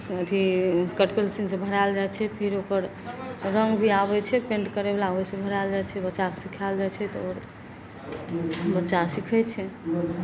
तऽ अथी कट पेन्सिलसँ भरायल जाइ छै फिर ओकर रङ्ग भी आबय छै पेन्ट करयवला ओइसँ भरायल जाइ छै बच्चाके सिखायल जाइ छै तऽ आओर बच्चा सीखय छै